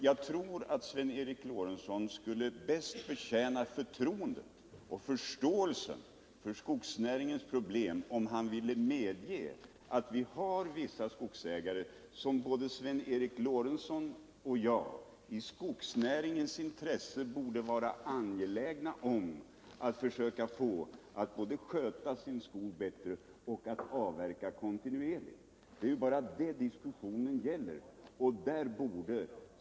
Jag tror emellertid att Sven Eric Lorentzon bäst skulle verka för förståelsen för skogsnäringens problem, om han medgav att det i skogsnäringens intresse är angeläget att få vissa skogsägare att såväl sköta skogen bättre som att avverka den kontinuerligt. Det är ju bara det diskussionen gäller.